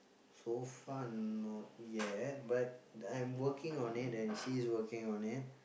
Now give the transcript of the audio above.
so far not yet but I'm working on it and she is working on it